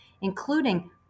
including